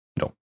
No